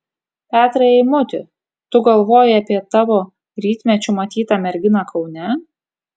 petrai eimuti tu galvoji apie tavo rytmečiu matytą merginą kaune